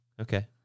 Okay